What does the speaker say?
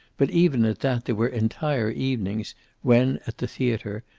but even at that there were entire evenings when, at the theater,